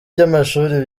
by’amashuri